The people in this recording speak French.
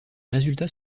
résultats